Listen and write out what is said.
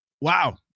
Wow